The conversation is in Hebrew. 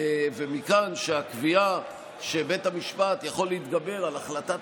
ומכאן שהקביעה שבית המשפט יכול להתגבר על החלטת